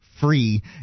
free